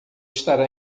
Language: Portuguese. estará